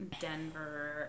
Denver